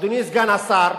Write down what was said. אדוני סגן השר,